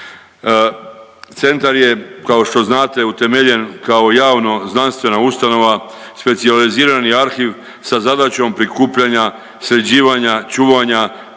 Centar je kao što znate utemeljen kao javno znanstvena ustanova, specijalizirani arhiv sa zadaćom prikupljanja, sređivanja, čuvanja